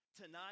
Tonight